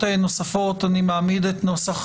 אם אין הערות נוספות,